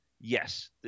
Yes